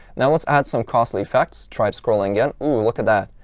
now let's add some costly effects, try scrolling again. ooh, look at that.